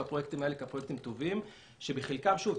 הפרויקטים האלה כעל פרויקטים טובים שבחלקם שוב,